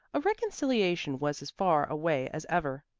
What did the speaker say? a reconciliation was as far away as ever.